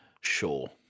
Sure